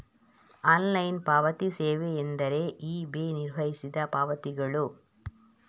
online ಪಾವತಿ ಸೇವೆಯೆಂದರೆ eBay ನಿರ್ವಹಿಸಿದ ಪಾವತಿಗಳು